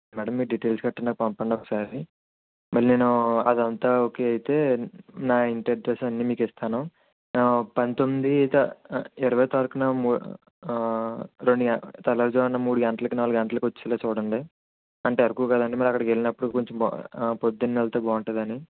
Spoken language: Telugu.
మేడం మీ డీటెయిల్స్ గట్రా నాకు పంపండి ఒకసారి మళ్ళీ నేను అదంతా ఓకే అయితే నా ఇంటి అడ్రస్ అన్నీ మీకు ఇస్తాను పంతొమ్మిది త ఇరవై తారీఖున రెండు గన్ తెల్లవారు జామున మూడు గంటలకి నాలుగు గంటలకి వచ్చేలాగా చుడండి అంటే అరకు కదండీ మరి అక్కడికి వెళ్ళినప్పుడు కొంచెం పొద్దున్నే వెళ్తే బాగుంటుందని